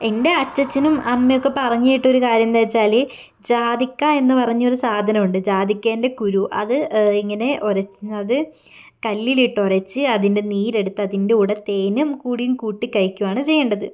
എൻ്റെ അച്ഛച്ചനും അമ്മയും ഒക്കെ പറഞ്ഞു കേട്ട ഒരു കാര്യം എന്താച്ചാല് ജാതിക്ക എന്നു പറഞ്ഞൊരു സാധനമുണ്ട് ജാതിക്കേൻ്റെ കുരു അത് ഇങ്ങനെ ഉറച്ച് അതു കല്ലിലിട്ടുരച്ച് അതിൻ്റെ നീരെടുത്ത് അതിൻ്റെ കൂടെ തേനും കൂടിയും കൂട്ടി കഴിക്കുകയാണു ചെയ്യേണ്ടത്